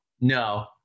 no